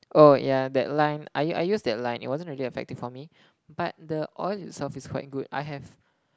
oh yeah that line I I use that line it wasn't really effective for me but the oil itself is quite good I have